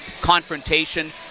confrontation